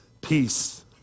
peace